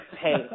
hey